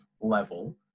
level